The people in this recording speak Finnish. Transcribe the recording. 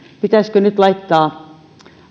pitäisikö nyt laittaa